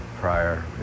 prior